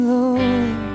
Lord